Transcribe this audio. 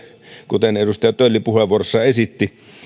kuten edustaja tölli puheenvuorossaan esitti